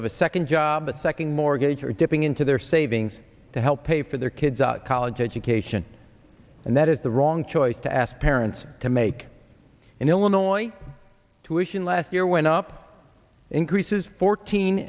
of a second job a second mortgage or dipping into their savings to help pay for their kids college education and that is the wrong choice to ask parents to make in illinois tuitions last year went up increases fourteen